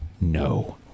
No